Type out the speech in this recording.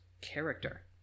character